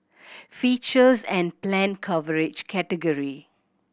features and planned coverage category